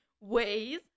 Ways